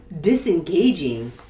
disengaging